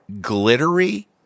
glittery